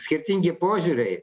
skirtingi požiūriai